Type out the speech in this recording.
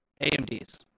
AMD's